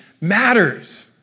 matters